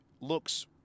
looks